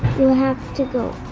you have to go